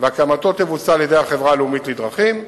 והקמתו תבוצע על-ידי החברה הלאומית לדרכים.